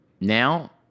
now